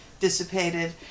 dissipated